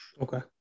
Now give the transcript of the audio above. okay